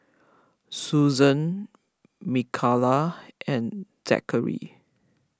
Susan Micayla and Zackary